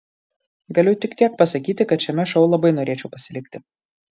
galiu tik tiek pasakyti kad šiame šou labai norėčiau pasilikti